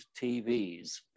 TVs